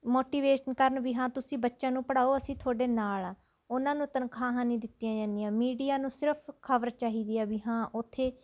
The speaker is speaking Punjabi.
ਮੋਟੀਵੇਸ਼ਨ ਕਰਨ ਵੀ ਹਾਂ ਤੁਸੀਂ ਬੱਚਿਆਂ ਨੂੰ ਪੜ੍ਹਾਓ ਅਸੀਂ ਤੁਹਾਡੇ ਨਾਲ ਹਾਂ ਉਨ੍ਹਾਂ ਨੂੰ ਤਨਖਾਹਾਂ ਨਹੀਂ ਦਿੱਤੀਆਂ ਜਾਂਦੀਆਂ ਮੀਡੀਆ ਨੂੰ ਸਿਰਫ਼ ਖਬਰ ਚਾਹੀਦੀ ਹੈ ਵੀ ਹਾਂ ਉੱਥੇ